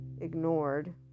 ignored